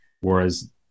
Whereas